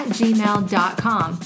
gmail.com